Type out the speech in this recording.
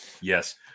Yes